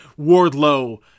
Wardlow